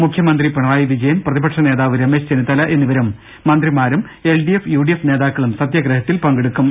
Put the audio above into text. മുഖ്യമന്ത്രി പിണറായി വിജയൻ പ്രതിപക്ഷനേതാവ് രമേശ് ചെന്നിത്തല എന്നിവരും മന്ത്രിമാരും L D F U D F നേതാക്കളും സത്യഗ്രഹത്തിൽ പങ്കെടുക്കും